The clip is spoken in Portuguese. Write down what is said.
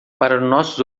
nossos